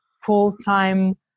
full-time